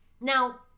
Now